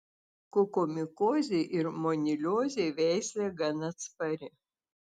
kokomikozei ir moniliozei veislė gan atspari